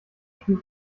spielt